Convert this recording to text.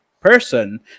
person